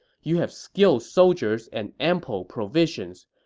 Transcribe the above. you have skilled soldiers and ample provisions.